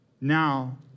Now